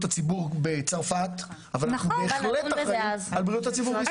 הציבור בצרפת אבל אנחנו בהחלט אחראים על בריאות הציבור בישראל.